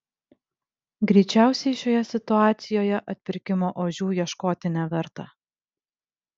greičiausiai šioje situacijoje atpirkimo ožių ieškoti neverta